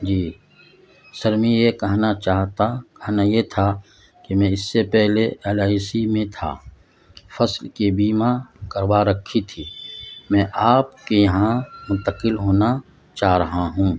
جی sir میں یہ کہنا چاہتا کہنا یہ تھا کہ میں اس سے پہلے ایل آئی سی میں تھا فصل کی بیمہ کروا رکھی تھی میں آپ کے یہاں منتقل ہونا چاہ رہا ہوں